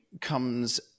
comes